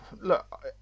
Look